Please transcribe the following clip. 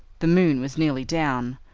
the moon was nearly down,